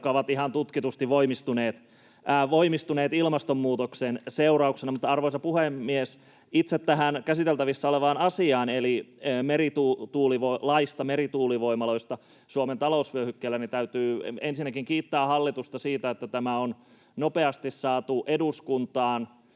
jotka ovat ihan tutkitusti voimistuneet ilmastonmuutoksen seurauksena. Mutta, arvoisa puhemies, itse tähän käsiteltävissä olevaan asiaan eli lakiin merituulivoimaloista Suomen talousvyöhykkeellä. Täytyy ensinnäkin kiittää hallitusta siitä, että tämä on nopeasti saatu eduskuntaan.